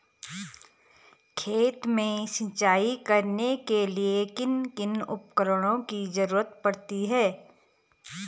खेत में सिंचाई करने के लिए किन किन उपकरणों की जरूरत पड़ती है?